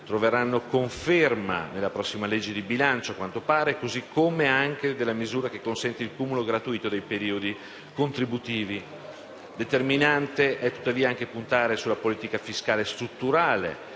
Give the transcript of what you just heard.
troveranno conferma nella prossima legge di bilancio, così come la misura che consente il cumulo gratuito dei periodi contributivi. Determinante è tuttavia anche puntare su una politica fiscale strutturale.